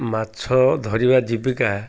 ମାଛ ଧରିବା ଜୀବିକା